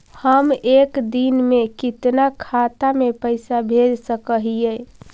हम एक दिन में कितना खाता में पैसा भेज सक हिय?